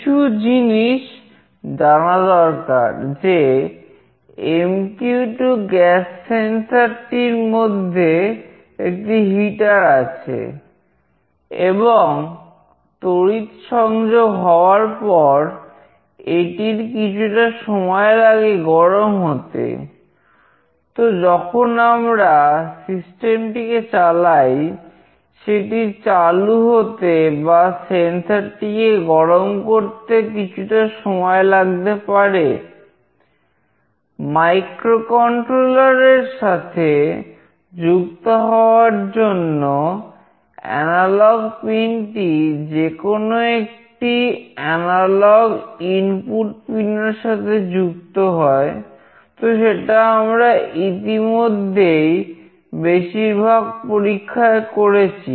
কিছু জিনিস জানা দরকার যে MQ2 গ্যাস সেন্সর পিনের সাথে যুক্ত হয় তো সেটা আমরা ইতিমধ্যেই বেশিরভাগ পরীক্ষায় করেছি